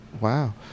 Wow